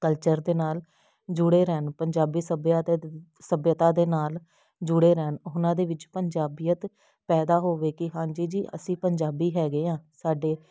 culture ਦੇ ਨਾਲ ਜੁੜੇ ਰਹਿਣ ਪੰਜਾਬੀ ਸੱਭਿਅਤਾ ਸੱਭਿਅਤਾ ਦੇ ਨਾਲ ਜੁੜੇ ਰਹਿਣ ਉਹਨਾਂ ਦੇ ਵਿੱਚ ਪੰਜਾਬੀਅਤ ਪੈਦਾ ਹੋਵੇ ਕਿ ਹਾਂਜੀ ਜੀ ਅਸੀਂ ਪੰਜਾਬੀ ਹੈਗੇ ਹਾਂ ਸਾਡੇ